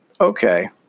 Okay